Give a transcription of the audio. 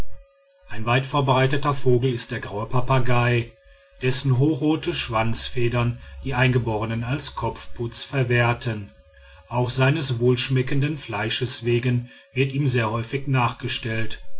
ein weitverbreiteter vogel ist der graue papagei dessen hochrote schwanzfedern die eingeborenen als kopfputz verwerten auch seines wohlschmeckenden fleisches wegen wird ihm sehr häufig nachgestellt